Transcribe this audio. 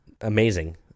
Amazing